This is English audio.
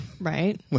Right